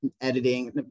editing